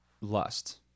lust